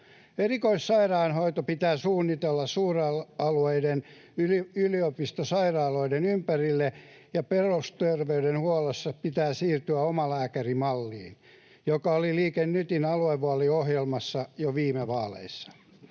Erikoissairaanhoito pitää suunnitella suuralueiden, yliopistosairaaloiden, ympärille, ja perusterveydenhuollossa pitää siirtyä omalääkärimalliin, joka oli Liike Nytin aluevaaliohjelmassa jo viime vaaleissa.